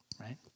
right